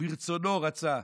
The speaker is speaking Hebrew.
מרצונו רצה.